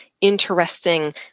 interesting